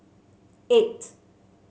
eight